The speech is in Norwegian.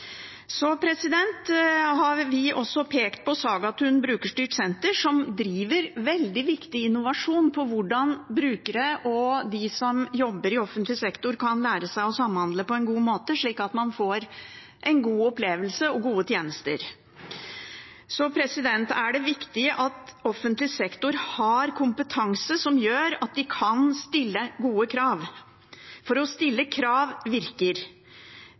Vi har også pekt på Sagatun Brukerstyrt Senter, som driver veldig viktig innovasjon innen hvordan brukere og de som jobber i offentlig sektor, kan lære seg å samhandle på en god måte, slik at man får en god opplevelse og gode tjenester. Det er viktig at offentlig sektor har kompetanse som gjør at de kan stille gode krav, for å stille krav virker.